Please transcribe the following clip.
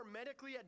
medically